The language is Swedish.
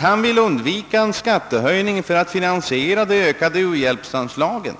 han vill undvika en skattehöjning för att finansiera ökade u-hjälpsanslag.